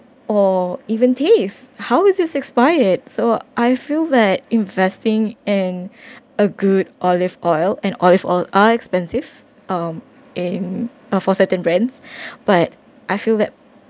or even taste how is this expired so I feel that investing and a good olive oil and olive oil are expensive um uh for certain brands but I feel that